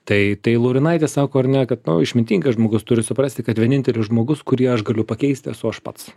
tai tai laurinaitis sako ar ne kad nu išmintingas žmogus turi suprasti kad vienintelis žmogus kurį aš galiu pakeist esu aš pats